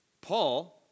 Paul